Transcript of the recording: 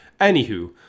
anywho